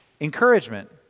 Encouragement